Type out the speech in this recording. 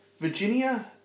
Virginia